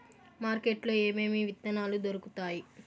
market లో ఏమేమి విత్తనాలు దొరుకుతాయి